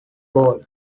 bowl